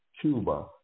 Cuba